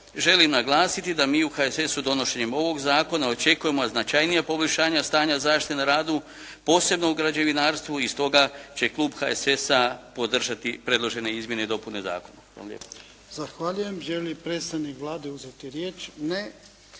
želim naglasiti da mi u HSS-u donošenjem ovog zakona očekujemo značajnije poboljšanje stanja zaštite na radu posebno u građevinarstvu i stoga će klub HSS-a podržati predložene izmjene i dopune zakona. Hvala lijepa. **Jarnjak,